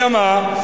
אלא מה?